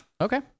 Okay